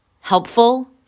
Helpful